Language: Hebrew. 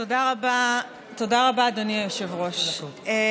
תודה רבה, אדוני היושב-ראש.